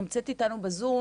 היא נמצאת איתנו בזום